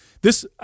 This-